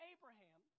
Abraham